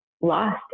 lost